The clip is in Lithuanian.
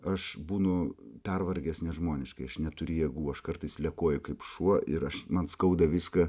aš būnu pervargęs nežmoniškai aš neturiu jėgų aš kartais lekuoju kaip šuo ir aš man skauda viską